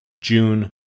June